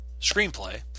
screenplay